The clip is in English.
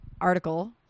article